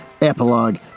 epilogue